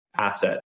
asset